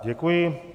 Děkuji.